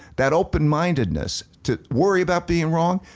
that open mindedness to worry about being wrong,